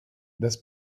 das